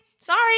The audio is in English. Sorry